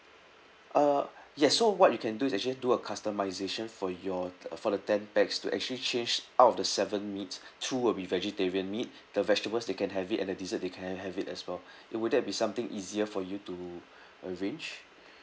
uh yes so what you can do is actually do a customisation for your uh for the ten pax to actually changed out of the seven meats two will be vegetarian meat the vegetables they can have it and the dessert they can have it as well it would then be something easier for you to arrange